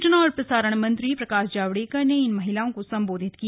सूचना और प्रसारण मंत्री प्रकाश जावडेकर ने इन महिलाओं को सम्बो धित किया